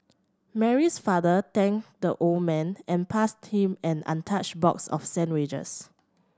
Mary's father thanked the old man and passed him an untouched box of sandwiches